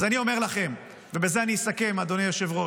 אז אני אומר לכם, ובזה אני אסכם, אדוני היושב-ראש,